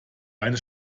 eine